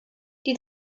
die